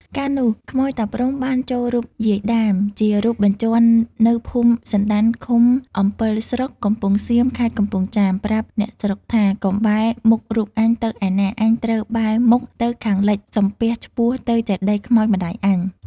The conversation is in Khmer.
កាលនោះ ខ្មោចតាព្រហ្ម បានចូលរូបយាយដាមជារូបបញ្ជាន់នៅភូមិសណ្ដាន់ឃុំអម្ពិលស្រុក កំពង់សៀម ខេត្តកំពង់ចាម ប្រាប់អ្នកស្រុកថា កុំបែរមុខរូបអញទៅឯណា អញត្រូវបែរមុខទៅខាងលិច សំពះឆ្ពោះទៅចេតិយខ្មោចម្ដាយអញ ។